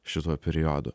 šituo periodu